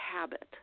habit